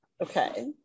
Okay